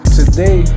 Today